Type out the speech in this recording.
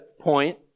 point